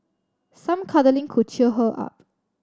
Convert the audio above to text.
some cuddling could cheer her up